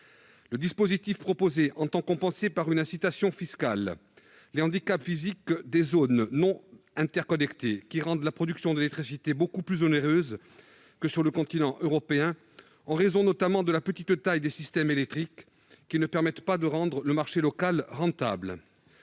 Le dispositif proposé entend compenser par une incitation fiscale les handicaps physiques des zones non interconnectées (ZNI), où la production d'électricité est beaucoup plus onéreuse que sur le continent européen, en raison notamment de la petite taille des systèmes électriques, qui ne permet pas de rendre le marché local rentable.